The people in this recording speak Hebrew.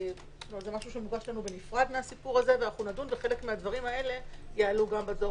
זה מוגש לנו בנפרד, וחלק מהדברים האלה יעלו.